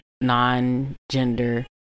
non-gender